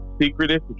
secretive